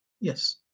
Yes